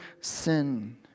sin